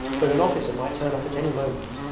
but an officer might turn up at any moment.